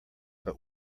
but